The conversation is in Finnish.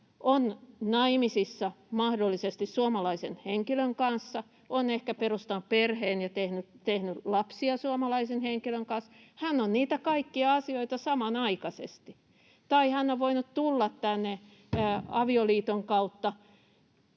naimisissa suomalaisen henkilön kanssa ja on ehkä perustanut perheen ja tehnyt lapsia suomalaisen henkilön kanssa. Hän on niitä kaikkia asioita samanaikaisesti. Tai hän on voinut tulla tänne avioliiton kautta